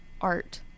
art